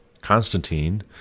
Constantine